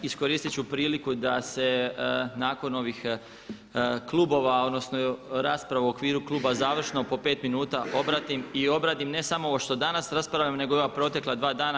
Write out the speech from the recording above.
Iskoristit ću priliku da se nakon ovih klubova, odnosno rasprave u okviru kluba završno po pet minuta obratim i obradim ne samo ovo što danas raspravljamo, nego i ova protekla dva dana.